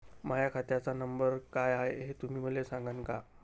माह्या खात्याचा नंबर काय हाय हे तुम्ही मले सागांन का?